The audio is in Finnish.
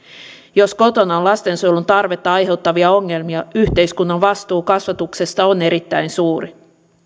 jos kotona on lastensuojelun tarvetta aiheuttavia ongelmia yhteiskunnan vastuu kasvatuksesta on erittäin suuri